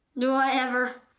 do i ever!